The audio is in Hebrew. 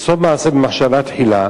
וסוף מעשה במחשבה תחילה.